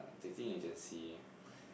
uh dating agency